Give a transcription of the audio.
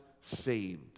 saved